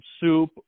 soup